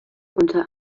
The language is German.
unter